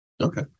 Okay